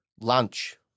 Lunch